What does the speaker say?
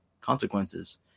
consequences